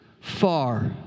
far